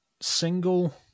single